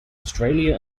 australia